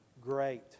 Great